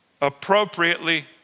appropriately